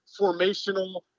formational